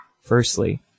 firstly